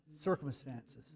circumstances